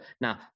Now